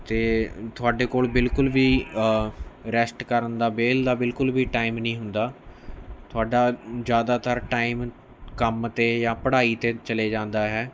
ਅਤੇ ਤੁਹਾਡੇ ਕੋਲ ਬਿਲਕੁਲ ਵੀ ਰੈਸਟ ਕਰਨ ਦਾ ਵਿਹਲ ਦਾ ਬਿਲਕੁਲ ਵੀ ਟਾਈਮ ਨਹੀਂ ਹੁੰਦਾ ਤੁਹਾਡਾ ਜਿਆਦਾਤਰ ਟਾਈਮ ਕੰਮ 'ਤੇ ਜਾਂ ਪੜ੍ਹਾਈ 'ਤੇ ਚਲੇ ਜਾਂਦਾ ਹੈ